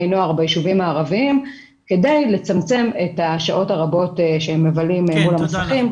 נוער ביישובים הערביים כדי לצמצם את השעות הרבות שהם מבלים מול המסכים,